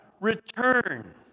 return